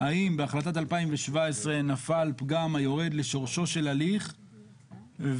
האם בהחלטת 2017 נפל פגם היורד לשורשו של הליך וגם